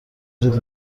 جیغ